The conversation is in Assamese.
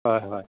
হয় হয়